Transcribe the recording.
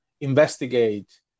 investigate